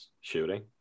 shooting